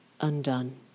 undone